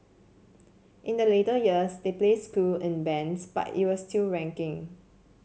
in the later years they placed school in bands but it was still ranking